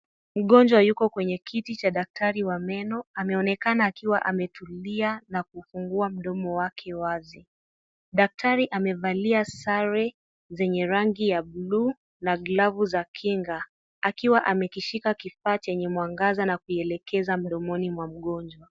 Mgonjwa Yuko kwenye kiti cha daktari wa meno. Ameonekana akiwa ametulia na kufungua mdomo wake wazi. Daktari, amevalia sare, zenye rangi ya blue na glavu za kinga. Akiwa amekishika kifaa chenye mwangaza na kuelekeza mdomoni mwa mgonjwa.